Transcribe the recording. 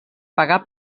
pagar